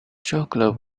chocolate